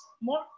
more